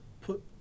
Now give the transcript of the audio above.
put